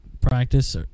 practice